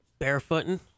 barefooting